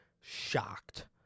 shocked